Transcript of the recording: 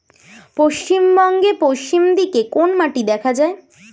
পশ্চিমবঙ্গ পশ্চিম দিকে কোন মাটি দেখা যায়?